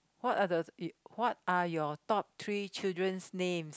what are the you what are your top three children's names